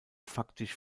faktisch